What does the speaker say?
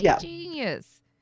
genius